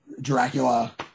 *Dracula*